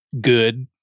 good